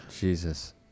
Jesus